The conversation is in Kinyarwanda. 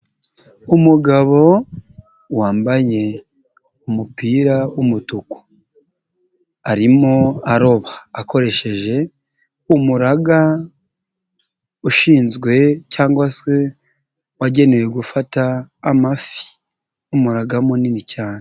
Umugabo wambaye umupira w'umutuku, arimo aroba akoresheje umuraga ushinzwe cyangwa se wagenewe gufata amafi, umuyaga munini cyane.